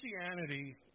Christianity